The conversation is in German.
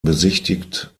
besichtigt